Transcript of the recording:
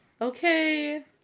Okay